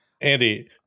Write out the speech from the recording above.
Andy